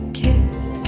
kiss